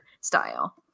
style